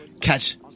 catch